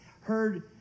heard